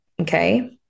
Okay